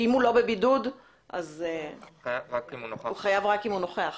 לא יכול להתייחס אלא אם הוא נוכח.